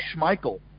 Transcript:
Schmeichel